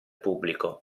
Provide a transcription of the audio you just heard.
pubblico